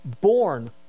born